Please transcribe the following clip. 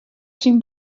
syn